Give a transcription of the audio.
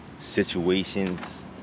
situations